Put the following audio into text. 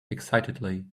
excitedly